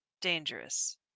dangerous